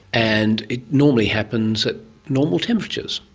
and it normally happens at normal temperatures.